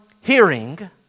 hearing